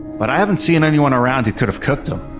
but i haven't seen anyone around who could have cooked them.